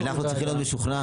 כי אנחנו צריכים להיות משוכנעים,